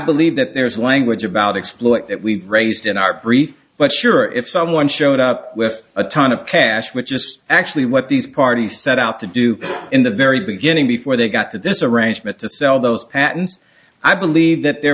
believe that there's language about exploit that we've raised in our brief but sure if someone showed up with a ton of cash which just actually what these parties set out to do in the very beginning before they got to this arrangement to sell those patents i believe that there